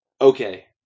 Okay